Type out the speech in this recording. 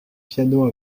piano